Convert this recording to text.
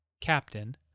captain